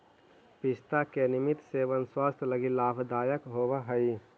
पिस्ता के नियमित सेवन स्वास्थ्य लगी लाभदायक होवऽ हई